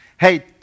hey